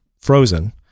Frozen